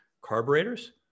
carburetors